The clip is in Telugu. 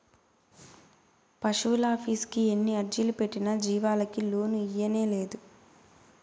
పశువులాఫీసుకి ఎన్ని అర్జీలు పెట్టినా జీవాలకి లోను ఇయ్యనేలేదు